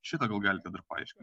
šitą gal galite dar paaiškint